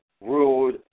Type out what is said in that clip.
ruled